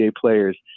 players